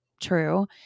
true